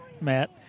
Matt